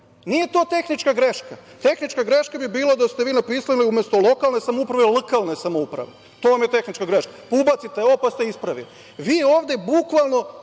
Nije to tehnička greška. Tehnička greška bi bila da ste vi napisali umesto „lokalne samouprave-lkalne samouprave“, to vam je tehnička greška, pa ubacite ovo pa ste ispravili. Vi ovde bukvalno